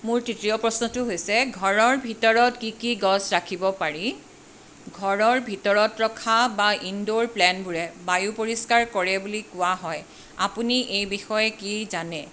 মোৰ তৃতীয় প্ৰশ্নটো হৈছে ঘৰৰ ভিতৰত কি কি গছ ৰাখিব পাৰি ঘৰৰ ভিতৰত ৰখা বা ইনড'ৰ প্লেণ্টবোৰে বায়ু পৰিষ্কাৰ কৰে বুলি কোৱা হয় আপুনি এই বিষয়ে কি জানে